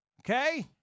okay